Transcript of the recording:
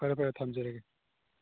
ꯐꯔꯦ ꯐꯔꯦ ꯊꯝꯖꯔꯒꯦ